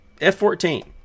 F-14